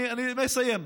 אני מסיים.